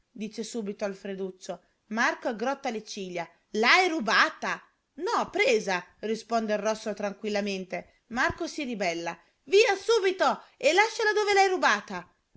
dice subito alfreduccio marco aggrotta le ciglia l'hai rubata no presa risponde il rosso tranquillamente marco si ribella via subito a lasciarla dove l'hai rubata